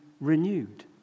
renewed